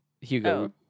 Hugo